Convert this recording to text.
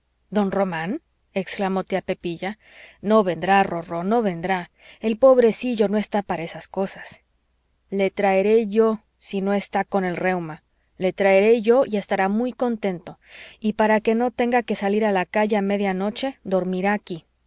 don román exclamó tía pepilla no vendrá rorró no vendrá el pobrecillo no está para esas cosas le traeré yo si no está con el reuma le traeré yo y estará muy contento y para que no tenga que salir a la calle a media noche dormirá aquí